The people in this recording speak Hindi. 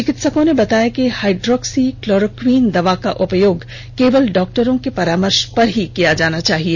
चिकित्सकों ने बताया कि हाइड्रोक्सी क्लोरो क्वीन दवा का उपयोग केवल डॉक्टरों के परामर्ष पर ही किया जाना है